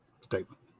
statement